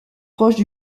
proches